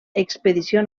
expedició